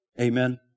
Amen